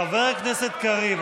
חבר הכנסת קריב,